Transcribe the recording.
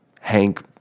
Hank